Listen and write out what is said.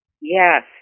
Yes